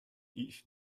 each